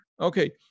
okay